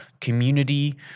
community